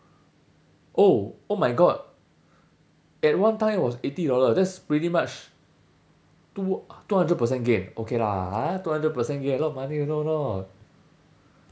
oh oh my god at one time it was eighty dollars that's pretty much two two hundred percent gain okay lah ah two hundred percent gain a lot of money you know or not